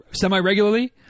semi-regularly